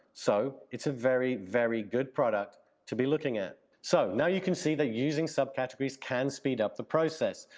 so it's a very, very good product to be looking at. so now you can see that using subcategories can speed up the process,